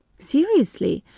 seriously,